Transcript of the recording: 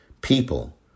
people